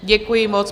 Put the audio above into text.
Děkuji moc.